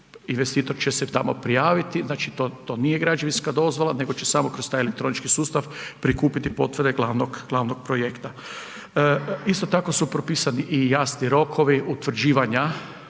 investitor će se tamo prijaviti, znači to nije građevinska dozvola nego će samo kroz taj elektronički sustav prikupiti potvrde glavnog projekta. Isto tako su propisani i jasni rokovi, utvrđivanja